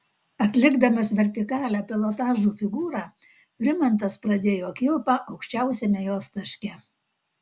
atlikdamas vertikalią pilotažo figūrą rimantas pradėjo kilpą aukščiausiame jos taške